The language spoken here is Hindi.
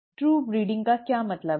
ट्रू ब्रीडिंग का क्या मतलब है